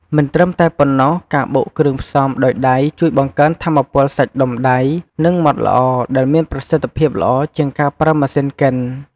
មិនត្រឹមតែប៉ុណ្ណោះការបុកគ្រឿងផ្សំដោយដៃជួយបង្កើនថាមពលសាច់ដុំដៃ និងម៉ដ្ឋល្អដែលមានប្រសិទ្ធភាពល្អជាងការប្រើម៉ាស៊ីនកិន។